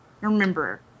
Remember